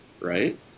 right